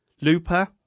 Looper